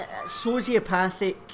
sociopathic